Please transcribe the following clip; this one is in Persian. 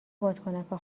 بادکنکا